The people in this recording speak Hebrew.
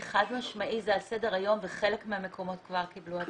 חד משמעי זה על סדר היום וחלק מהמקומות כבר קיבלו הדרכה.